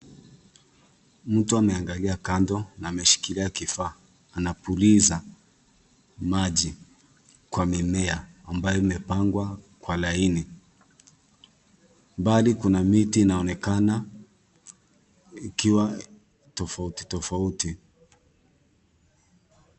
Mtu ameangalia kando na ameshikilia kifaa, anapuliza maji kwa mimea ambayo imepangwa kwa laini. Mbali kuna miti inaonekana ikiwa tofauti tofauti.